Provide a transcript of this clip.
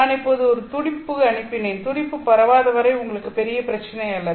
நான் இப்போது ஒரு துடிப்பு அனுப்பினேன் துடிப்பு பரவாத வரை உங்களுக்கு பெரிய பிரச்சனை அல்ல